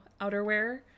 outerwear